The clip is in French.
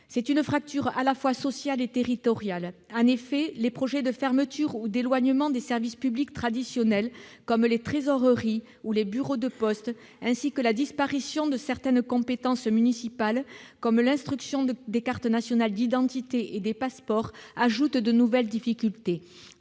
C'est une fracture à la fois sociale et territoriale. En effet, les projets de fermeture ou d'éloignement des services publics traditionnels, comme les trésoreries ou les bureaux de poste, ainsi que la disparition de certaines compétences municipales, comme l'instruction des cartes nationales d'identité et des passeports, ajoutent de nouvelles difficultés.